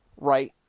right